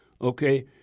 okay